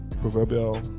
proverbial